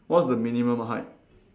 what's the minimum height